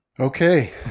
Okay